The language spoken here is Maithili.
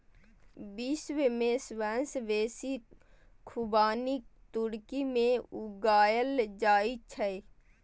विश्व मे सबसं बेसी खुबानी तुर्की मे उगायल जाए छै